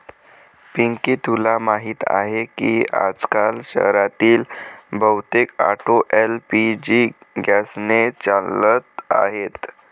पिंकी तुला माहीत आहे की आजकाल शहरातील बहुतेक ऑटो एल.पी.जी गॅसने चालत आहेत